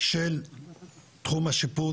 של תחום השיפוט,